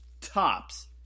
Tops